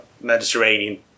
Mediterranean